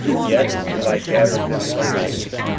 yet will i gather them from thence,